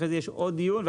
אחרי זה יש עוד דיון,